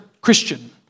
Christian